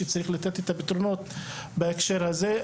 שצריך לתת את הפתרונות בהקשר הזה.